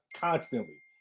constantly